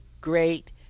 great